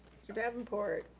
mr. davenport.